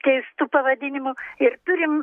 keistu pavadinimu ir turim